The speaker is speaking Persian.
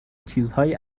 چیزهایی